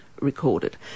recorded